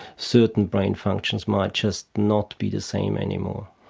certain brain functions might just not be the same anymore.